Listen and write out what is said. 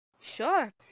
Sure